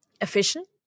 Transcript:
efficient